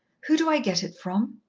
who do i get it from?